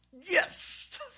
Yes